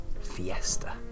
fiesta